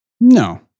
no